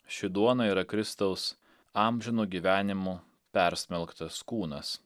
ši duona yra kristaus amžinu gyvenimu persmelktas kūnas